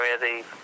area